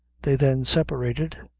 they then separated,